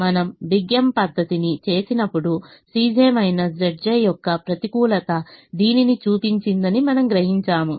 మనము big M పద్ధతిని చేసినప్పుడు యొక్క ప్రతికూలత దీనిని చూపించిందని మనము గ్రహించాము